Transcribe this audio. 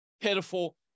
pitiful